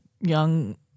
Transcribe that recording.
young